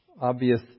obvious